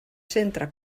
centre